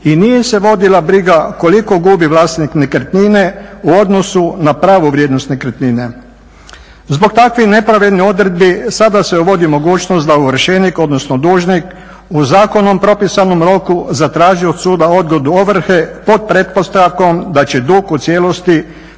i nije se vodila briga koliko gubi vlasnik nekretnine u odnosu na pravu vrijednost nekretnine. Zbog takvih nepravednih odredbi sada se uvodi mogućnost da ovršenik, odnosno dužnik u zakonom propisanom roku zatraži od suda odgodu ovrhe pod pretpostavkom da će dug u cijelosti